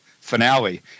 finale